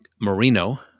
Marino